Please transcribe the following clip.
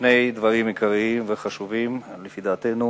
שני דברים עיקריים וחשובים לפי דעתנו,